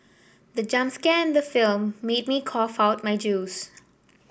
the jump scare in the film made me cough out my juice